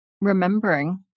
remembering